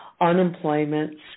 unemployment